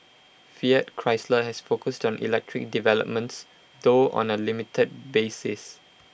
fiat Chrysler has focused on electric developments though on A limited basis